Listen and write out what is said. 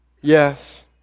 yes